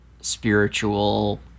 spiritual